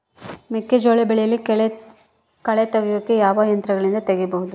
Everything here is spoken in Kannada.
ಮೆಕ್ಕೆಜೋಳ ಬೆಳೆಯಲ್ಲಿ ಕಳೆ ತೆಗಿಯಾಕ ಯಾವ ಯಂತ್ರಗಳಿಂದ ತೆಗಿಬಹುದು?